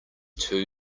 too